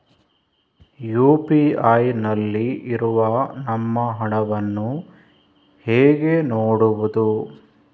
UPI ನಲ್ಲಿ ಇರುವ ನಮ್ಮ ಹಣವನ್ನು ಹೇಗೆ ನೋಡುವುದು?